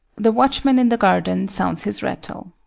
the watchman in the garden sounds his rattle.